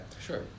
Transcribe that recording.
Sure